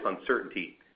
uncertainty